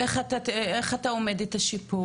איך אתה אומד את השיפור?